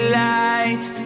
lights